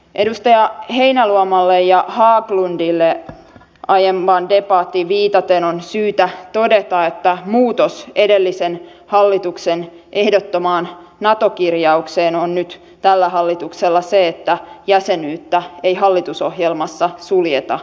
edustaja heinäluomalle ja edustaja haglundille aiempaan debattiin viitaten on syytä todeta että muutos edellisen hallituksen ehdottomaan nato kirjaukseen on nyt tällä hallituksella se että jäsenyyttä ei hallitusohjelmassa suljeta pois